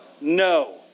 No